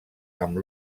amb